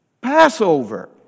Passover